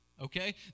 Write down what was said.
Okay